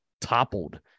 toppled